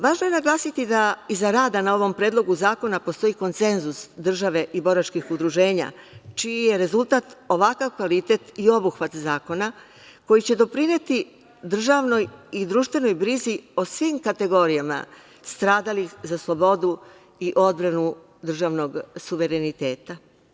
Važno je naglasiti da iza rada na ovom predlogu zakona postoji konsenzus države i boračkih udruženja čiji je rezultat ovakav kvalitet i obuhvat zakona koji će doprineti državnoj i društvenoj brizi o svim kategorijama stradalih za slobodu i odbranu državnog suvereniteta.